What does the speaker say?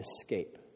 escape